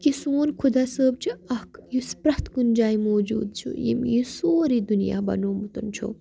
کہِ سون خۄدا صٲب چھِ اَکھ یُس پرٛٮ۪تھ کُنہِ جایہِ موٗجوٗد چھُ ییٚمہِ یہِ سورُے دُنیا بنوومُت چھُ